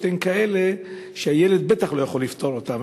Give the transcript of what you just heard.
הן כאלה שהילד בטח לא יכול לפתור אותן.